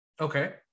Okay